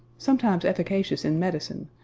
sometimes efficacious in medicine,